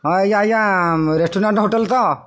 ହଁ ଆଜ୍ଞା ଆଜ୍ଞା ରେଷ୍ଟୁରାଣ୍ଟ ହୋଟେଲ୍ ତ